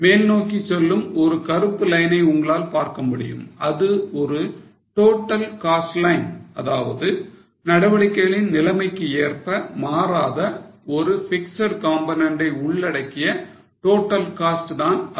மேல் நோக்கி செல்லும் ஒரு கருப்பு லைனை உங்களால் பார்க்க முடியும் அது ஒரு total cost line அதாவது நடவடிக்கைகளின் நிலைமைக்கேற்ப மாறாத ஒரு fixed component ஐ உள்ளடக்கிய total cost தான் அது